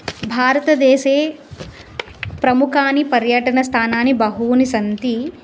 भारतदेशे प्रमुखानि पर्यटनस्थानानि बहूनि सन्ति